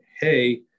hey